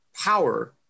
power